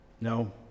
No